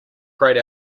grayed